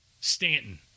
stanton